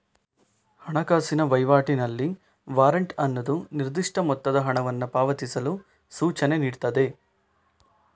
ಹಣಕಾಸಿನ ವೈವಾಟಿನಲ್ಲಿ ವಾರೆಂಟ್ ಅನ್ನುದು ನಿರ್ದಿಷ್ಟ ಮೊತ್ತದ ಹಣವನ್ನ ಪಾವತಿಸಲು ಸೂಚನೆ ನೀಡ್ತದೆ